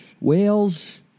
Whales